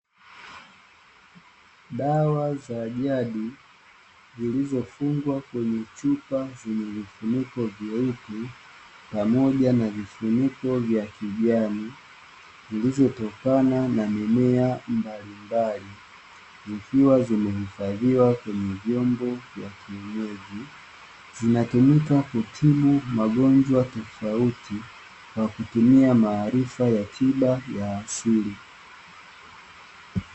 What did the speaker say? Dawa za jadi zilizofungwa kwenye chupa zenye mifuniko vyeupe pamoja na vifuniko vya kijani, vilivyotokana na mimea mbalimbali, vikiwa vimehifadhiwa kwenye vyombo vya kienyeji, zinatumika kutibu magoonjwa tofauti kwa kutumia tiba za asili.